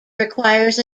requires